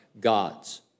gods